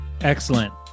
Excellent